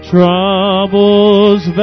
Troubles